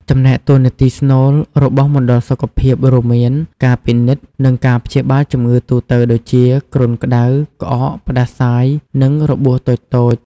ចំណែកតួនាទីស្នូលរបស់មណ្ឌលសុខភាពរួមមាន ការពិនិត្យ និងការព្យាបាលជំងឺទូទៅដូចជា គ្រុនក្តៅ ក្អក ផ្តាសាយ និងរបួសតូចៗ។